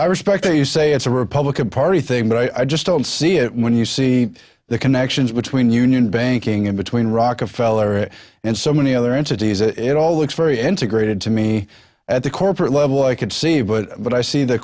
i respect their you say it's a republican party thing but i just don't see it when you see the connections between union banking and between rockefeller and so many other entities and although it's very integrated to me at the corporate level i could see but what i see the